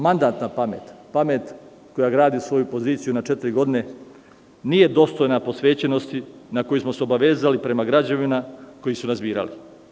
Mandat na pamet, pamet koja gradi svoju poziciju na četiri godine nije dostojna posvećenosti na koju smo se obavezali prema građanima koji su nas birali.